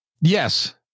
Yes